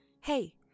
Hey